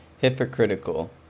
hypocritical